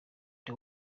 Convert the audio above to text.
the